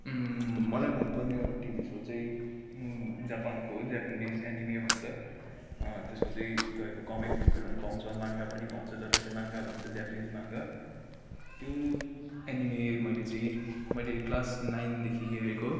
मलाई मनपर्ने TV show चाहिँ जापानको जापानिस एनिमे भन्छ त्यसको चाहिँ तपाईँको कमिक बुकहरू पनि पाउँछ माँङ्गा पनि पाउँछ जसलाई चाहिँ माँङ्गा भन्छ जापानिसमा माँङ्गा त्यो एनिमे मैले चाहिँ मैले क्लास नाइनदेखि हेरेको